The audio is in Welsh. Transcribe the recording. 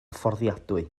fforddiadwy